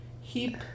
Heap